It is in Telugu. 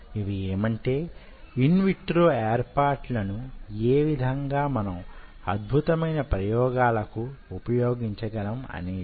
ఇవి ఏమంటే ఇన్ విట్రో ఏర్పాట్లను యేవిధంగా మనం అద్భుతమైన ప్రయోగాలకు ఉపయోగించగలం అనేది